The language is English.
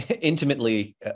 intimately